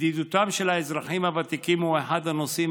בדידותם של האזרחים הוותיקים היא אחד הנושאים